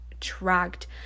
tracked